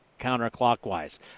counterclockwise